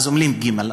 אז אומרים גימ"ל,